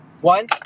one